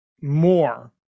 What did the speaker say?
more